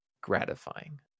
gratifying